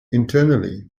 internally